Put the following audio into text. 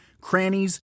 crannies